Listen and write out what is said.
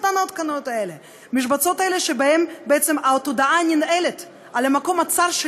צבא שלם של נשים, מהאופוזיציה ומהקואליציה,